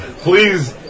Please